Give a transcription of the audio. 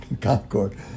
Concord